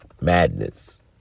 madness